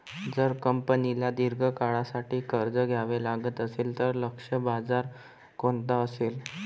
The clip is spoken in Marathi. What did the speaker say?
जर कंपनीला दीर्घ काळासाठी कर्ज घ्यावे लागत असेल, तर लक्ष्य बाजार कोणता असेल?